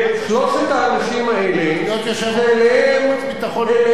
להיות יושב-ראש ועדת החוץ והביטחון לא צריך להיות בקואליציה.